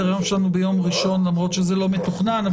היום שלנו ביום ראשון למרות שזה לא מתוכנן,